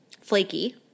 flaky